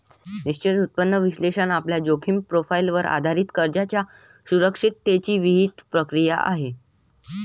निश्चित उत्पन्न विश्लेषण आपल्या जोखीम प्रोफाइलवर आधारित कर्जाच्या सुरक्षिततेची विहित प्रक्रिया आहे